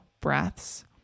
breaths